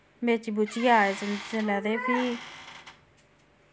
बेची बुचियै आए जिसलै ते फ्ही